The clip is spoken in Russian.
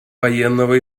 военного